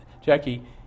Jackie